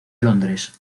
londres